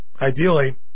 ideally